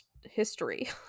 history